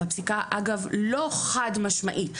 והפסיקה אגב לא חד משמעית.